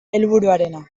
helburuarena